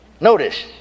Notice